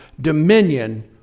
dominion